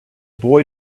boy